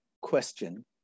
question